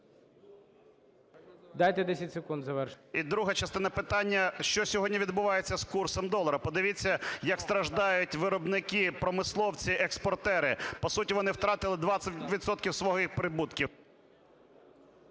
Дайте 10 секунд завершити. БОНДАР В.В. І друга частина питання. Що сьогодні відбувається з курсом долара? Подивіться, як страждають виробники, промисловці, експортери, по суті, вони втратили 20 відсотків своїх прибутків.